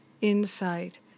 insight